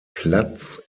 platz